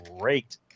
great